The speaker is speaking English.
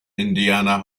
indiana